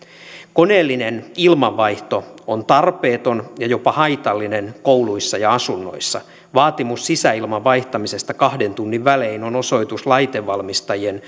koneellinen ilmanvaihto on tarpeeton ja jopa haitallinen kouluissa ja asunnoissa vaatimus sisäilman vaihtamisesta kahden tunnin välein on osoitus laitevalmistajia